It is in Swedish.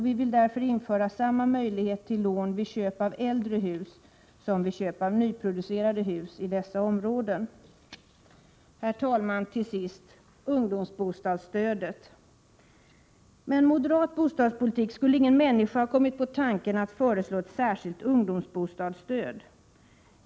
Vi vill därför införa samma möjlighet till lån vid köp av äldre hus som vid köp av nyproducerade hus i dessa områden. Till sist beträffande ungdomsbostadsstödet: Med en moderat bostadspolitik skulle ingen människa ha kommit på tanken att föreslå ett särskilt ungdomsbostadsstöd.